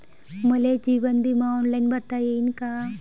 मले जीवन बिमा ऑनलाईन भरता येईन का?